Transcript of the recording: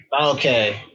Okay